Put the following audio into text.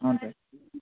అవును సార్